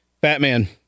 Batman